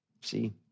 See